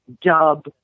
dub